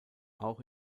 auch